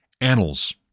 Annals